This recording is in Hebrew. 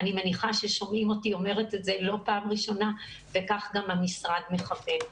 אני מניחה ששומעים אותי אומרת את זה לא פעם ראשונה וכך גם המשרד מכוון,